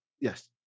Yes